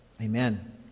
Amen